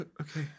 Okay